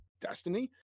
destiny